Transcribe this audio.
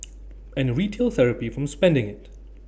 and retail therapy from spending IT